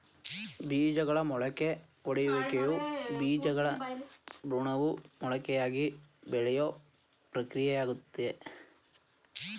ಬೀಜಗಳ ಮೊಳಕೆಯೊಡೆಯುವಿಕೆಯು ಬೀಜಗಳ ಭ್ರೂಣವು ಮೊಳಕೆಯಾಗಿ ಬೆಳೆಯೋ ಪ್ರಕ್ರಿಯೆಯಾಗಯ್ತೆ